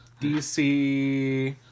DC